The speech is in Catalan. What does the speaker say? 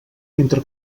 entre